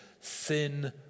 sin